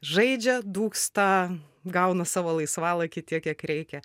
žaidžia dūksta gauna savo laisvalaikį tiek kiek reikia